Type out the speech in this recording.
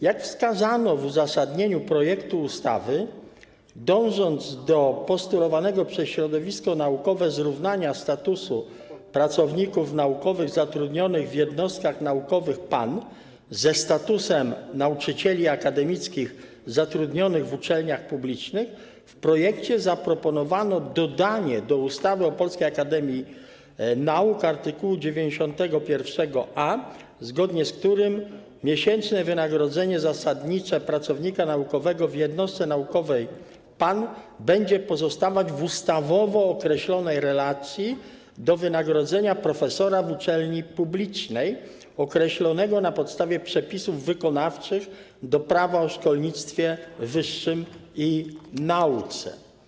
Jak wskazano w uzasadnieniu projektu ustawy, dążąc do postulowanego przez środowisko naukowego zrównania statusu pracowników naukowych zatrudnionych w jednostkach naukowych PAN ze statusem nauczycieli akademickich zatrudnionych w uczelniach publicznych, w projekcie zaproponowano dodanie do ustawy o Polskiej Akademii Nauk art. 91a, zgodnie z którym miesięczne wynagrodzenie zasadnicze pracownika naukowego jednostki naukowej PAN będzie pozostawać w ustawowo określonej relacji do wynagrodzenia profesora uczelni publicznej, określonego na podstawie przepisów wykonawczych do Prawa o szkolnictwie wyższym i nauce.